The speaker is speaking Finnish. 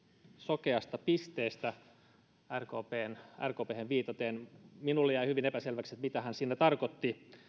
sokeasta pisteestä rkphen viitaten minulle jäi hyvin epäselväksi mitä hän siinä tarkoitti